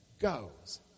goes